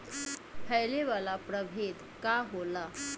फैले वाला प्रभेद का होला?